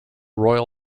royal